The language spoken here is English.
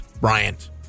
Bryant